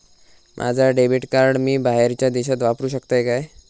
माझा debit card मी बाहेरच्या देशात वापरू शकतय काय?